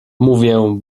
mówię